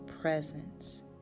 presence